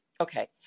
Okay